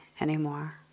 anymore